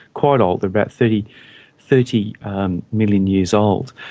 quite old, they are about thirty thirty and million years old,